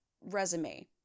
resume